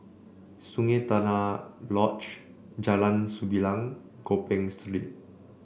Sungei Tengah Lodge Jalan Sembilang Gopeng Street